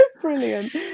brilliant